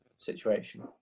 Situation